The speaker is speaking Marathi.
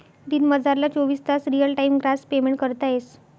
दिनमझारला चोवीस तास रियल टाइम ग्रास पेमेंट करता येस